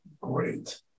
great